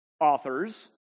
authors